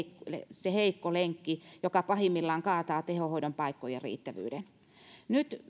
se heikko lenkki joka pahimmillaan kaataa tehohoidon paikkojen riittävyyden nyt